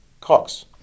Cox